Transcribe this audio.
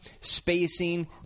spacing